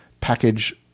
package